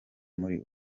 muri